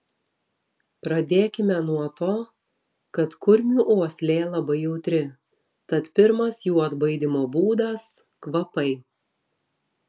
pradėkime nuo to kad kurmių uoslė labai jautri tad pirmas jų atbaidymo būdas kvapai